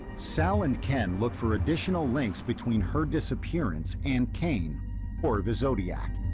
sal and ken look for additional links between her disappearance and kane or the zodiac.